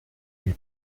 ils